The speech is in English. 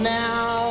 now